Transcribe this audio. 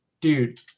dude